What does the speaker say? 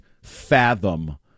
Fathom